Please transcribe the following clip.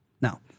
Now